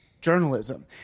journalism